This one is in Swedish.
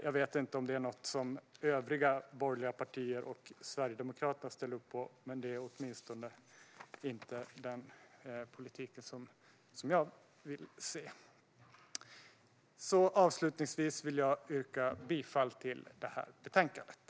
Jag vet inte om det är något som övriga borgerliga partier och Sverigedemokraterna ställer upp på, men det är åtminstone inte den politik som jag vill se. Avslutningsvis vill jag yrka bifall till utskottets förslag i betänkandet.